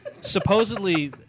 supposedly